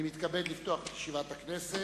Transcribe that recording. אני מתכבד לפתוח את ישיבת הכנסת.